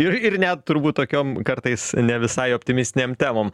ir ir net turbūt tokiom kartais ne visai optimistinėm temom